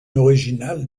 original